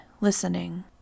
listening